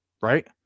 right